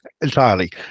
entirely